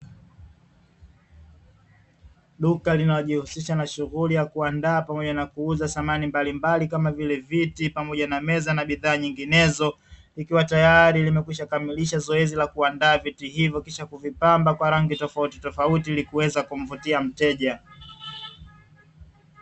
Duka linalojihusisha na shughuli ya kuandaa pamoja na kuuza samani mbalimbali, kama vile viti pamoja na meza na bidhaa nyinginezo, likiwa tayari limekwisha kamilisha zoezi la kuandaa viti hvyo kisha kuvipamba kwa rangi tofautitofauti ili kuweza kumvutia mteja.